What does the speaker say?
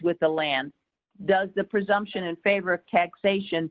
with the land does the presumption in favor of taxation